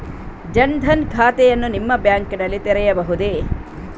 ಜನ ದನ್ ಖಾತೆಯನ್ನು ನಿಮ್ಮ ಬ್ಯಾಂಕ್ ನಲ್ಲಿ ತೆರೆಯಬಹುದೇ?